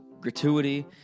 gratuity